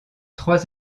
trois